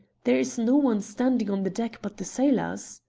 there is no one standing on the deck but the sailors.